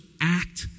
act